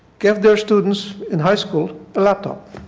gave their students in high school a laptop.